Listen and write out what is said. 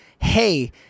hey